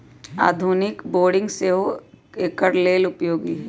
आधुनिक बोरिंग सेहो एकर लेल उपयोगी है